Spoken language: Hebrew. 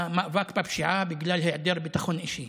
למאבק בפשיעה בגלל היעדר ביטחון אישי.